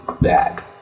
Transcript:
bad